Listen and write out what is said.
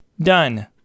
Done